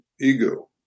ego